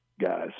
guys